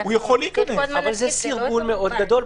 אבל זה סרבול מאוד גדול.